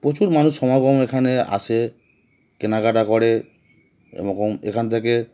প্রচুর মানুষ সমাগম এখানে আসে কেনাকাটা করে এমকম এখান থেকে